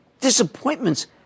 disappointments